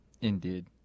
Indeed